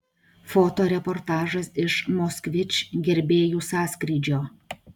fotoreportažas iš moskvič gerbėjų sąskrydžio